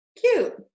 Cute